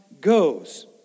goes